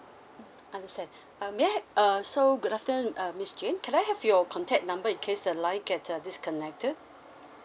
understand err may I had uh so good afternoon uh miss jane can I have your contact number in case the line get uh disconnected